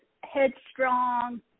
headstrong